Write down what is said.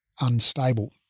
unstable